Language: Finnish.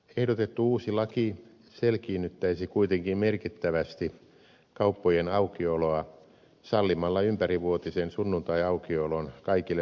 ehdotettu uusi laki selkiinnyttäisi kuitenkin merkittävästi kauppojen aukioloa sallimalla ympärivuotisen sunnuntaiaukiolon kaikille vähittäiskaupoille